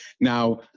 Now